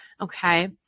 Okay